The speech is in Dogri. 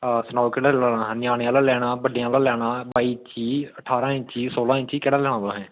सनाओ केह्ड़ा लैना ञ्यानें आह्ला लैना बड्डें आह्ला लैना लंबाई ठारां इंच सोलां इंच केह्ड़ा लैनां तुसें